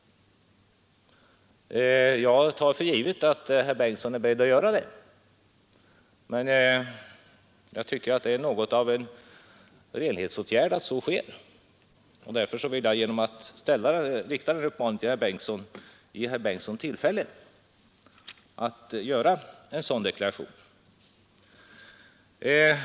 Jag tar för givet att herr Bengtsson är beredd att göra det; det är något av en renlighetsåtgärd att så sker. Därför vill jag genom att rikta denna uppmaning till herr Bengtsson ge honom tillfälle att göra en sådan deklaration.